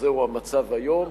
שזהו המצב היום.